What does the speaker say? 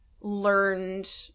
learned